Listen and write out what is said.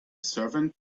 servant